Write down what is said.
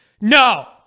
No